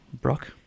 Brock